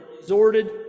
resorted